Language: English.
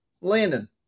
Landon